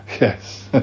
yes